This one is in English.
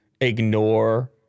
ignore